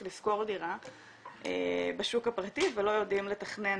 לשכור דירה בשוק הפרטי ולא יודעים לתכנן